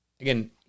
Again